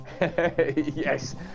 Yes